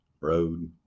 road